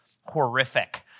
horrific